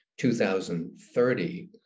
2030